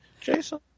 Jason